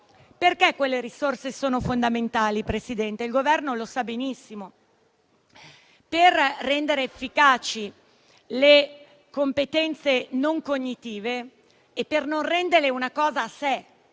Perché quelle risorse sono fondamentali, signor Presidente? Il Governo lo sa benissimo. Per rendere efficaci le competenze non cognitive e per non renderle una cosa a sé